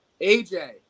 AJ